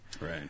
Right